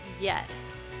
Yes